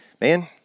man